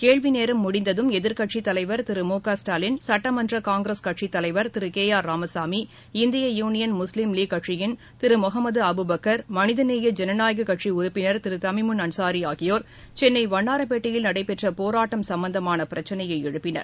கேள்வி நேரம் முடிந்ததும் எதிர்கட்சித் தலைவர் திரு மு க ஸ்டாலின் சட்டமன்ற னங்கிரஸ் கட்சித் தலைவர் திரு கே ஆர் ராமசாமி இந்திய யூனியன் முஸ்லீம் லீக் கட்சியின் திரு முகமது அபுபக்கர் மனிதநேய ஜனநாயக கட்சி உறுப்பினர் திரு தமிமுள் அன்சாரி ஆகியோர் சென்னை வண்ணாரப்பட்டையில் நடைபெற்ற போராட்டம் சம்மந்தமான பிரச்சினையை எழுப்பினர்